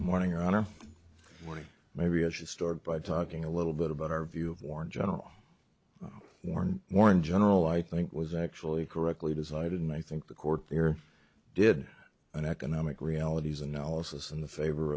morning on morning maybe i should start by talking a little bit about our view of war in general war and war in general i think was actually correctly designed and i think the court there did an economic realities analysis in the favor